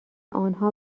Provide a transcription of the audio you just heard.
آنها